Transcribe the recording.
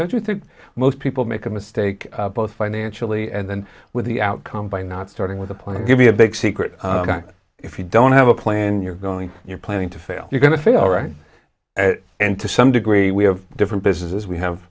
don't you think most people make a mistake both financially and then with the outcome by not starting with a plan to give you a big secret if you don't have a plan you're going you're planning to fail you're going to fail right and to some degree we have different businesses we have